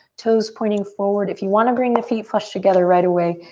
toes pointing forward. if you want to bring the feet flush together right away,